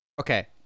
okay